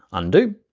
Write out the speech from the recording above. undo,